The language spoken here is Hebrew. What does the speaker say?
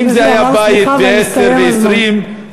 אם זה היה בית, עשרה, 20,